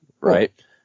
right